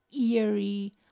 eerie